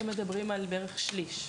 הם מדברים על בערך שליש.